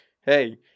hey